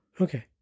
Okay